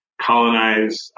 colonize